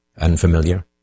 unfamiliar